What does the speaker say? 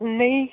ਨਹੀਂ